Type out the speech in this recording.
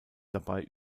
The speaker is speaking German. dabei